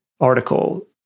article